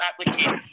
application